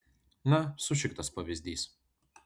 na sušiktas pavyzdys